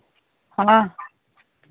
हाँ